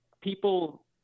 people